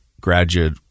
graduate